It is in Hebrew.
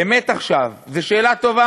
באמת עכשיו זו שאלה טובה,